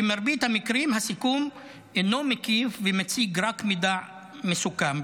במרבית המקרים הסיכום אינו מקיף ומציג רק מידע מסוכם.